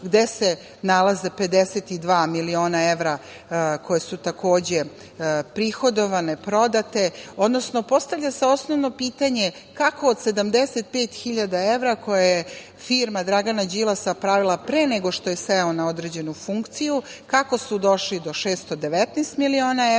gde se nalaze 52 miliona evra koja su takođe prihodovane, prodate, odnosno postavlja se pitanje osnovno kako od 75.000 evra koje je firma Dragana Đilasa pravila pre nego što je seo na određenu funkciju, kako su došli do 619 miliona evra,